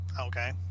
Okay